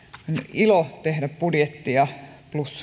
ilo tehdä budjettia